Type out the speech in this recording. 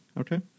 Okay